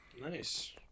Nice